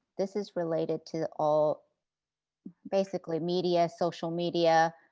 this is related to all basically media, social media,